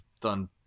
done